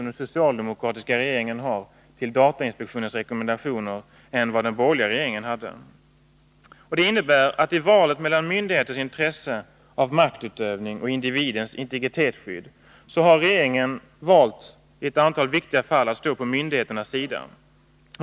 Den socialdemokratiska regeringen har en klart annan attityd till datainspektionens rekommendationer än vad de borgerliga Nr 129 regeringarna hade. I valet mellan myndigheternas intresse av maktutövning och individens integritetsskydd har regeringen i ett antal viktiga fall valt att stå på myndigheternas sida.